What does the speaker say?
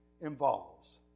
involves